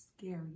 scary